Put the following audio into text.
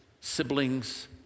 siblings